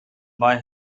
boy